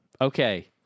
Okay